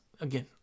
again